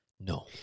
No